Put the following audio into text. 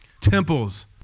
Temples